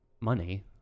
money